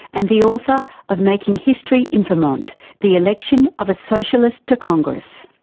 and the author of making history in vermont the election of a socialist to congress.